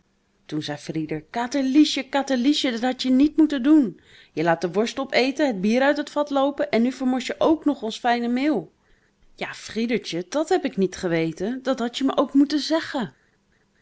toen zei frieder katerliesje katerliesje dat hadt je niet moeten doen je laat de worst opeten het bier uit het vat loopen en nu vermors je ook nog ons fijne meel ja friedertje dat heb ik niet geweten dat hadt je me ook moeten zeggen